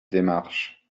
démarche